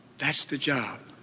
that's the job.